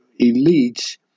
elites